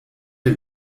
der